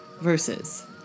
versus